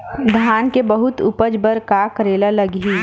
धान के बहुत उपज बर का करेला लगही?